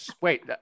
Wait